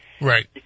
Right